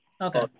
Okay